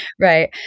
Right